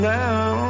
now